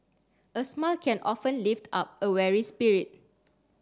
a smile can often lift up a weary spirit